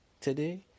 today